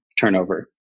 turnover